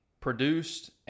produced